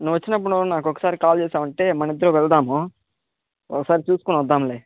నువ్వు వచ్చినపుడు నాకు ఒకసారి కాల్ చేసావంటే మనిద్దరం వెళదాము ఒకసారి చూసుకుని వద్దాంలే